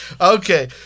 okay